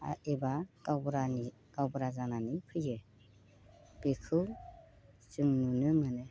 एबा गावबुरा जानानै फैयो बेखौ जों नुनो मोनो